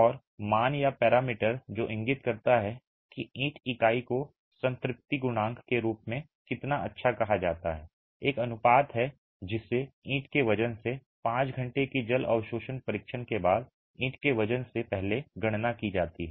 और मान या पैरामीटर जो इंगित करता है कि ईंट इकाई को संतृप्ति गुणांक के रूप में कितना अच्छा कहा जाता है एक अनुपात है जिसे ईंट के वजन से 5 घंटे की जल अवशोषण परीक्षण के बाद ईंट के वजन से पहले गणना की जाती है